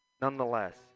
Nonetheless